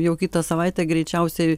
jau kitą savaitę greičiausiai